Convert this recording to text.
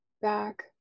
back